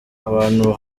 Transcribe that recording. abantu